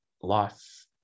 life